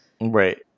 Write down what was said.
Right